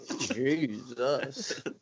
Jesus